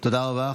תודה רבה.